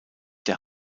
der